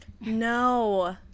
No